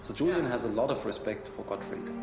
so julian has a lot of respect for gottfrid.